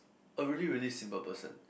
oh really really simple person